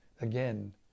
again